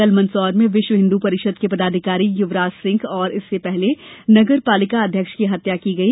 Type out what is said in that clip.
कल मंदसौर में विश्व हिन्दू परिषद के पदाधिकारी युवराज सिंह और इससे पहले नगर पालिका अध्यक्ष की हत्या की गई